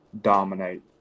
dominate